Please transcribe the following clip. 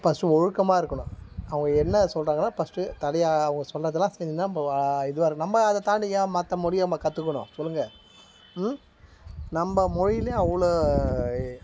first ஒழுக்கமாக இருக்கணும் அவங்க என்ன சொல்கிறாங்கன்னா பஸ்ட்டு தலையை அவங்க சொன்னதெல்லாம் செஞ்சிருந்தால் இப்போது இதுவாக இருக்கும் நம்ம அதை தாண்டி என் மற்ற மொழிய நம்ம கற்றுக்கணும் சொல்லுங்கள் ம் நம்ம மொழிலேயே அவ்வளோ